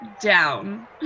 down